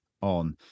on